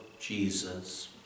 Jesus